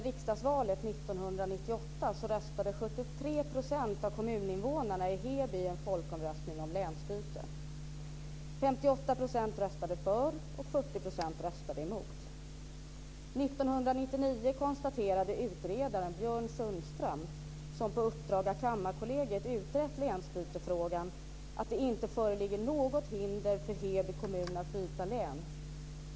År 1999 konstaterade utredaren Björn Sundström som på uppdrag av Kammarkollegiet utrett frågan om länsbyte att det inte föreligger något hinder för Heby kommun att byta län.